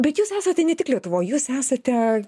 bet jūs esate ne tik lietuvoj jūs esate